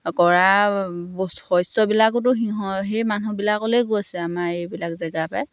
কৰা বস্ শস্যবিলাকোতো সিহঁ সেই মানুহবিলাকলৈ গৈছে আমাৰ এইবিলাক জেগাৰ পৰাই